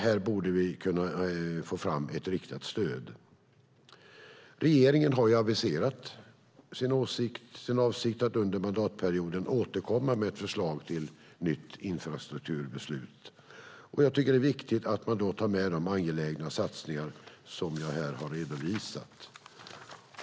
Här borde vi kunna få fram ett riktat stöd. Regeringen har aviserat sin avsikt att under mandatperioden återkomma med förslag till nytt infrastrukturbeslut, och jag tycker att det är viktigt att man då tar med de angelägna satsningar som jag här har redovisat.